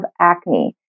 acne